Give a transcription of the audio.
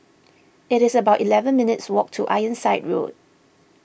it's about eleven minutes' walk to Ironside Road